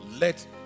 Let